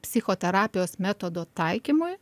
psichoterapijos metodo taikymui